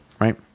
right